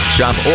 Shop